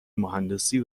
مهندسی